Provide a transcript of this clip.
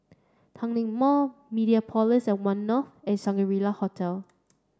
Tanglin Mall Mediapolis at One North and Shangri La Hotel